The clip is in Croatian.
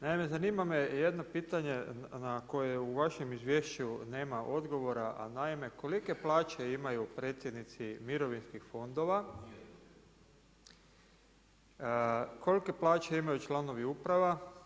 Naime zanima me jedno pitanje na koje u vašem izvješću nema odgovora a naime, kolike plaće imaju predsjednici mirovinskih fondova, kolike plaće imaju članovi uprava?